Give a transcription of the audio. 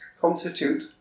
constitute